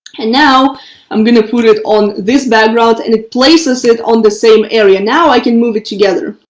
and now i'm going to put it on this background and it places it on the same area. now i can move it together,